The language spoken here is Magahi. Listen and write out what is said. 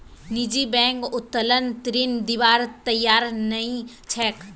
निजी बैंक उत्तोलन ऋण दिबार तैयार नइ छेक